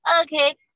okay